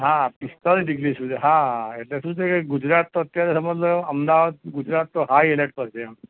હા પિસ્તાલીસ ડિગ્રી સુધી હા એટલે શું છે કે ગુજરાત તો અત્યારે સમજ લો અમદાવાદ ગુજરાત તો હાઈ એલેર્ટ પર છે એમ